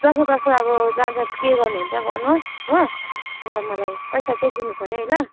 जसोतसो अब जहाँ जहाँ के गर्नुहुन्छ गर्नुहोस् हो अन्त मलाई पैसा चाहिँ दिनुपऱ्यो है ल